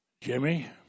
Jimmy